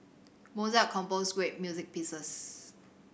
Mozart composed great music pieces